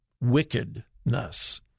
Wickedness